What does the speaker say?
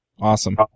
Awesome